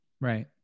Right